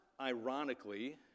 ironically